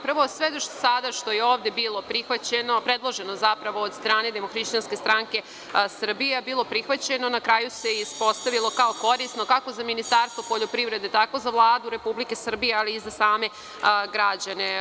Prvo, sve do sada što je ovde bilo predloženo od strane DHSS, a bilo prihvaćeno, na kraju se ispostavilo kao korisno kako za Ministarstvo poljoprivrede, tako i za Vladu Republike Srbije, ali i za same građane.